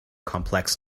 complex